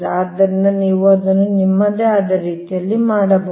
ಆದ್ದರಿಂದ ನೀವು ಅದನ್ನು ನಿಮ್ಮದೇ ಆದ ರೀತಿಯಲ್ಲಿ ಮಾಡಬಹುದು